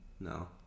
no